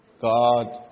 God